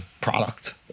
product